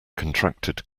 contracted